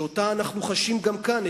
שאותה אנחנו חשים גם כאן,